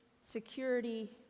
security